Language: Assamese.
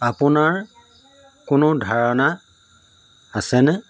আপোনাৰ কোনো ধাৰণা আছেনে